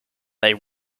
they